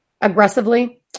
aggressively